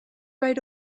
right